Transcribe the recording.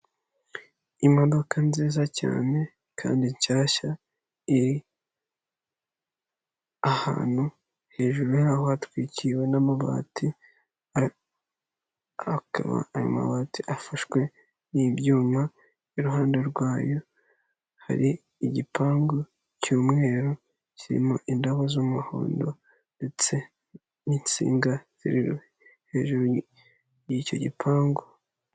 Imodoka nziza cyane kandi nshyashya iri ahantu, hejuru y'aho hatwikiriwe n'amabati amabati, akaba amabati afashwe n'ibyuma, iruhande rwayo hari igipangu cy'umweru kirimo indabo z'umuhondo ndetse n'insinga ziri hejuru y'icyo gipangu.